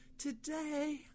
Today